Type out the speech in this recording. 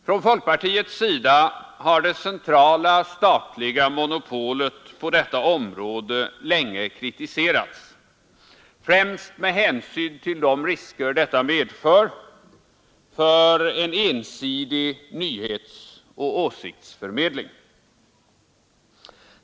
Från folkpartiets sida har det centrala statliga monopolet på detta område länge kritiserats, främst med hänsyn till de risker detta monopol medför för en ensidig nyhetsoch åsiktsförmedling.